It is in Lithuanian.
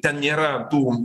ten nėra tų